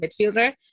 midfielder